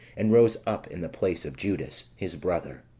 and rose up in the place of judas, his brother,